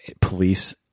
police